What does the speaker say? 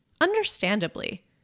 understandably